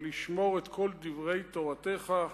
ולשמור את כל דברי תורתך,